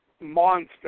monster